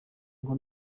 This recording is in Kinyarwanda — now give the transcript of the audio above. ngo